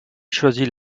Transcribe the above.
choisit